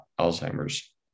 Alzheimer's